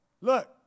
Look